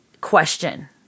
question